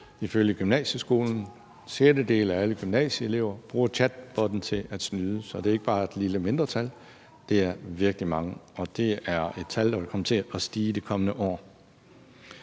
ifølge Gymnasieskolen. En sjettedel af alle gymnasieelever bruger chatbotten til at snyde, så det er ikke bare et lille mindretal. Det er virkelig mange, og det er et tal, der vil komme til at stige i de kommende år.